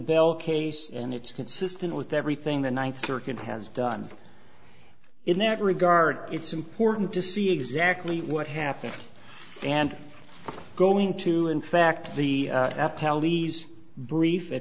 bell case and it's consistent with everything the ninth circuit has done in that regard it's important to see exactly what happened and going to in fact the pallies brief a